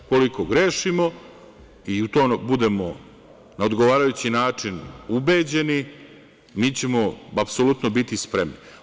Ukoliko grešimo i u to budemo na odgovarajući način ubeđeni mi ćemo apsolutno biti spremni.